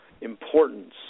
importance